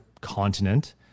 continent